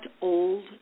old